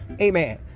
amen